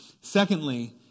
Secondly